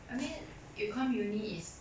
I mean you come uni is